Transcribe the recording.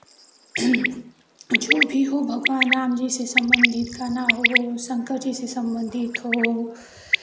जो भी हो भगवान राम जी से सम्बन्धित गाना हो शंकर जी से सम्बन्धित हो